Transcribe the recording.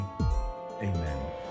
amen